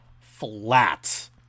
flat